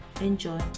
Enjoy